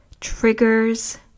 Triggers